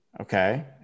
Okay